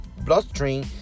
bloodstream